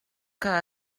que